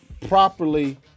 properly